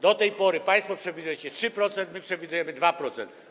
Do tej pory państwo przewidujecie 3%, my przewidujemy 2%.